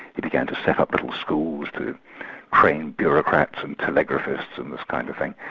he began to set up little school to train bureaucrats and telegraphists and this kind of thing.